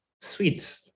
Sweet